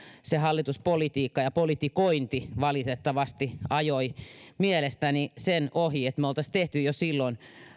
se hallituspolitiikka ja politikointi valitettavasti ajoi mielestäni sen ohi että me olisimme tehneet jo silloin